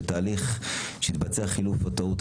שבתהליך התבצע חילוף בטעות,